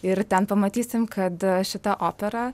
ir ten pamatysim kad šita opera